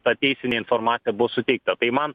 ta teisinė informacija buvo suteikta tai man